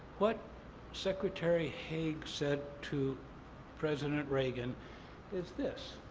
what secretary haig said to president reagan is this,